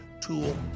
tool